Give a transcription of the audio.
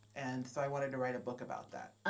and so i wanted to write a book about that.